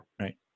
Right